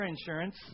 insurance